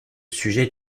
sujet